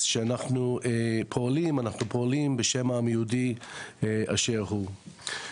אז כשאנחנו פועלים אנחנו פועלים בשם העם היהודי אשר הוא.